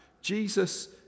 Jesus